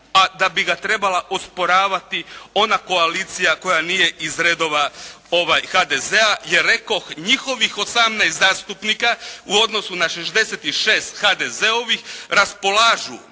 a da bi ga trebala osporavati ona koalicija koja nije iz redova HDZ-a jer rekoh njihovih 18 zastupnika u odnosu na 66 HDZ-ovih raspolažu